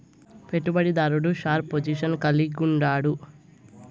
పెట్టుబడి దారుడు short position కలిగుండాడు